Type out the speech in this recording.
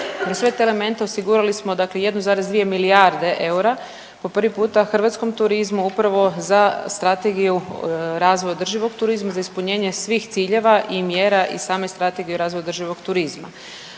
Za sve te elemente osigurali smo dakle 1,2 milijarde eura, po prvi put hrvatskom turizmu upravo za Strategiju razvoja održivog turizma za ispunjenje svih ciljeva i mjera iz same Strategije razvoja održivog turizma.